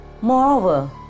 Moreover